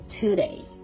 today